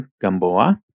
Gamboa